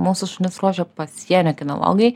mūsų šunis ruošia pasienio kinologai